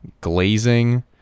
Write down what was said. glazing